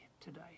today